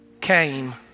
came